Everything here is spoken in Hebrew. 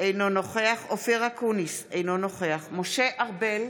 אינו נוכח אופיר אקוניס, אינו נוכח משה ארבל,